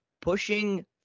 pushing –